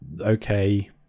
okay